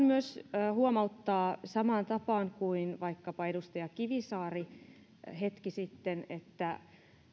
myös huomauttaa samaan tapaan kuin vaikkapa edustaja kivisaari hetki sitten että